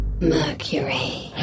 Mercury